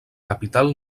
capital